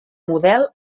model